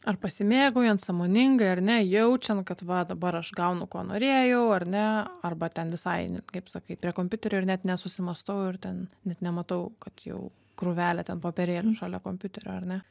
ar pasimėgaujant sąmoningai ar ne jaučiant kad va dabar aš gaunu ko norėjau ar ne arba ten visai kaip sakai prie kompiuterio ir net nesusimąstau ir ten net nematau kad jau krūvelė ten popierėlių šalia kompiuterio ar ne